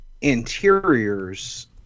interiors